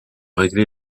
régler